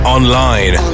Online